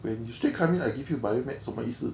wait you straight come in I give you bio med 什么意思